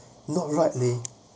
not right leh